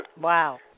Wow